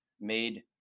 made